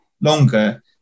longer